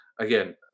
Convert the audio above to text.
again